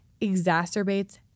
exacerbates